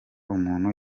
umuntu